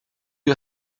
you